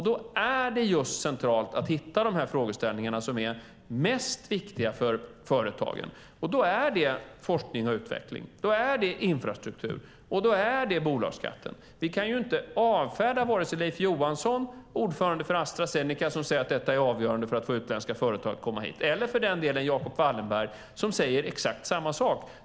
Då är det just centralt att hitta de frågeställningar som är mest viktiga för företagen. Det är forskning och utveckling. Det är infrastruktur. Det är bolagsskatten. Vi kan ju inte avfärda vare sig Leif Johansson, ordförande för Astra Zeneca, som säger att detta är det avgörande för att få utländska företag att komma hit, eller för den delen Jacob Wallenberg, som säger exakt samma sak.